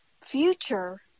future